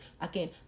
again